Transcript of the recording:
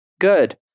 Good